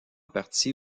partie